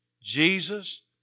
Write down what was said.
Jesus